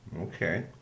Okay